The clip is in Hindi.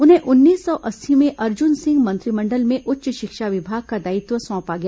उन्हें उन्नीस सौ अस्सी में अर्जुन सिंह मंत्रिमंडल में उच्च शिक्षा विभाग का दायित्व सौंपा गया